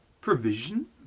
provision